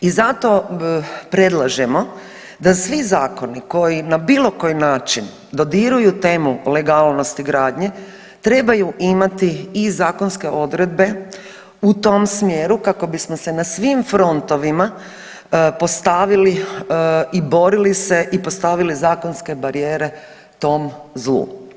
I zato predlažemo da svi zakoni koji na bilo koji način dodiruju temu legalnosti gradnje trebaju imati i zakonske odredbe u tom smjeru kako bismo se na svim frontovima postavili i borili se i postavili zakonske barijere tom zlu.